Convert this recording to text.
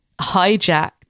hijacked